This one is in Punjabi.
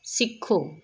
ਸਿੱਖੋ